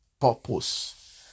purpose